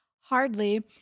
hardly